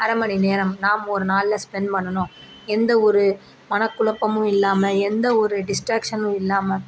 அரை மணி நேரம் நாம் ஒரு நாளில் ஸ்பென்ட் பண்ணணும் எந்த ஒரு மன குழப்பமும் இல்லாமல் எந்த ஒரு டிஸ்ட்ராக்ஷனும் இல்லாமல்